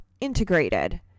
integrated